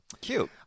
Cute